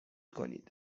کنید